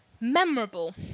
memorable